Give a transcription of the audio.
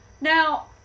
Now